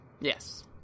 Yes